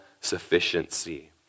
sufficiency